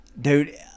Dude